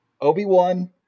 obi-wan